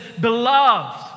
beloved